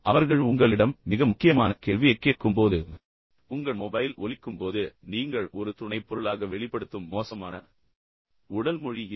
அவர்கள் உங்களிடம் மிக முக்கியமான கேள்வியைக் கேட்கும்போது உங்கள் மொபைல் ஒலிக்கும்போது நீங்கள் ஒரு துணைப் பொருளாக வெளிப்படுத்தும் மோசமான உடல் மொழி இதுதான்